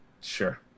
Sure